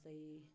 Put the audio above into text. जस्तै